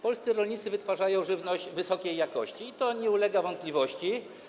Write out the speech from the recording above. Polscy rolnicy wytwarzają żywność wysokiej jakości, nie ulega to wątpliwości.